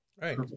Right